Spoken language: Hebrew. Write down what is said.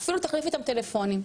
אפילו תחליף איתם טלפונים,